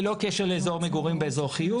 ללא קשר לאזור מגורים או אזור חיוג,